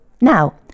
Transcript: Now